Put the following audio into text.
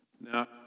Now